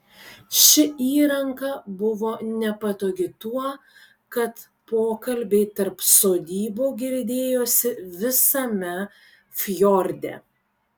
ši įranga buvo nepatogi tuo kad pokalbiai tarp sodybų girdėjosi visame fjorde